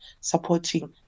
supporting